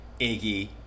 Iggy